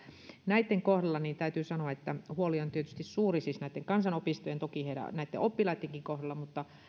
näitten kohdalla täytyy sanoa että huoli on tietysti suuri siis näitten kansanopistojen toki näitten oppilaittenkin kohdalla mutta